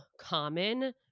common